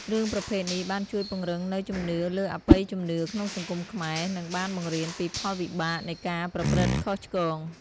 រឿងប្រភេទនេះបានជួយពង្រឹងនូវជំនឿលើអបិយជំនឿក្នុងសង្គមខ្មែរ និងបានបង្រៀនពីផលវិបាកនៃការប្រព្រឹត្តខុសឆ្គង។